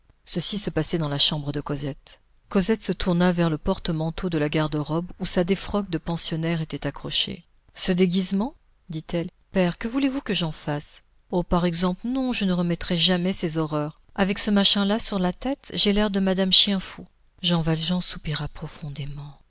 ceci se passait dans la chambre de cosette cosette se tourna vers le porte-manteau de la garde-robe où sa défroque de pensionnaire était accrochée ce déguisement dit-elle père que voulez-vous que j'en fasse oh par exemple non je ne remettrai jamais ces horreurs avec ce machin là sur la tête j'ai l'air de madame chien fou jean valjean soupira profondément